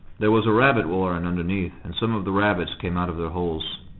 there was a rabbit-warren underneath, and some of the rabbits came out of their holes,